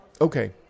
Okay